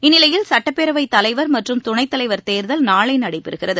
இந்நிலையில் சட்டப்பேரவைத் தலைவர் மற்றும் துணைத்தலைவர் தேர்தல் நாளை நடைபெறுகிறது